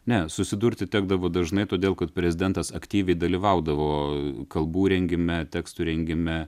ne susidurti tekdavo dažnai todėl kad prezidentas aktyviai dalyvaudavo kalbų rengime tekstų rengime